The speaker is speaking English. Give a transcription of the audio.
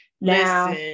now